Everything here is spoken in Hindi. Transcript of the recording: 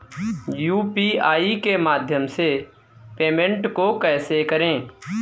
यू.पी.आई के माध्यम से पेमेंट को कैसे करें?